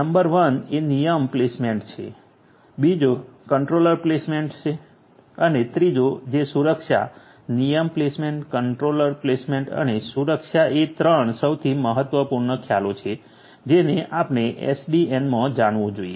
number 1 એ નિયમ placement છે બીજો કન્ટ્રોલર પ્લેસમેન્ટ છે અને ત્રીજો છે સુરક્ષા નિયમ પ્લેસમેન્ટ કંટ્રોલર પ્લેસમેન્ટ અને સુરક્ષા એ 3 સૌથી મહત્વપૂર્ણ ખ્યાલો છે જેને આપણે એસડીએનમાં જાણવું જોઈએ